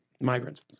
Migrants